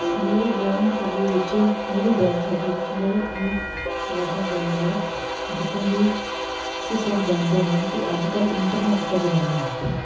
ਮੇਰੀ ਡਰਾਇੰਗ ਸ਼ੈਲੀ ਵਿੱਚ ਮੇਰੀ ਡਰਾਇੰਗ ਸ਼ੈਲੀ ਵਿੱਚ ਬਹੁਤ ਹੀ ਵਾਧਾ ਹੋਇਆ ਹੈ ਜਿੱਦਾਂ ਕਿ ਅਸੀਂ ਸਭ ਜਾਣਦੇ ਹਾਂ ਕਿ ਅੱਜ ਕੱਲ੍ਹ ਇੰਟਰਨੈਟ ਦਾ ਜ਼ਮਾਨਾ ਹੈ